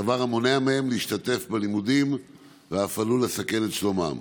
דבר המונע מהם להשתתף בלימודים ואף עלול לסכן את שלומם.